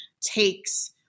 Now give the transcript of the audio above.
takes